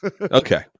Okay